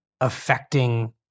affecting